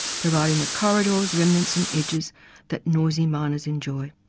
providing the corridors, remnants and edges that noisy miners enjoy.